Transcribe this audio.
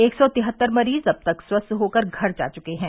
एक सौ तिहत्तर मरीज अब तक स्वस्थ होकर घर जा चुके हैं